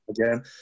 again